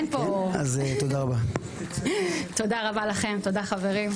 תודה רבה לכם, תודה חברים.